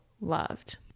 loved